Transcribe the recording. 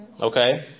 Okay